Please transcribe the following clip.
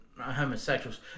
homosexuals